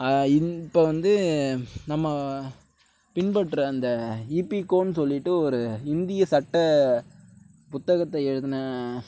இப்போ வந்து நம்ம பின்பற்ற அந்த இபிகோனு சொல்லிவிட்டு ஒரு இந்திய சட்ட புத்தகத்தை எழுதின